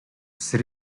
sri